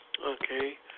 Okay